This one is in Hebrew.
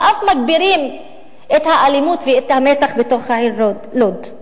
ואף מגבירות את האלימות ואת המתח בתוך העיר לוד.